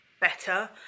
better